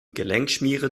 gelenkschmiere